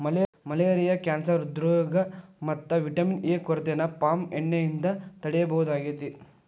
malaria cancer ಹ್ರೃದ್ರೋಗ ಮತ್ತ vitamin A ಕೊರತೆನ ಪಾಮ್ ಎಣ್ಣೆಯಿಂದ ತಡೇಬಹುದಾಗೇತಿ